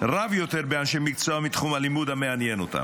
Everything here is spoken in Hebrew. רב יותר באנשי מקצוע מתחום הלימוד שמעניין אותם.